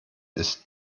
ist